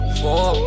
four